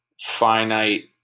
finite